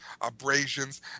abrasions